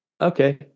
okay